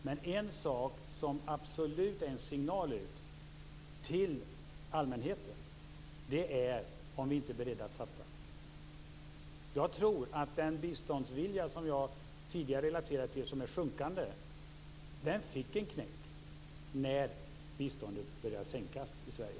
Men det är absolut en signal till allmänheten om vi inte är beredda att satsa. Jag tror att den biståndsvilja jag tidigare relaterade till, som är sjunkande, fick en knäck när biståndet började sänkas i Sverige.